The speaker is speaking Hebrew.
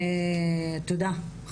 תודה.